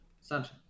Sunshine